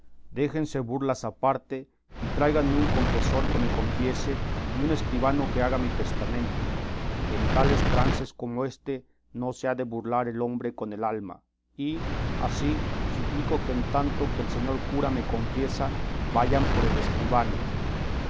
déjense burlas aparte y traíganme un confesor que me confiese y un escribano que haga mi testamento que en tales trances como éste no se ha de burlar el hombre con el alma y así suplico que en tanto que el señor cura me confiesa vayan por el escribano